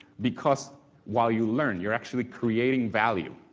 because while you learn you're actually creating value,